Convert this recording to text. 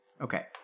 Okay